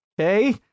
Okay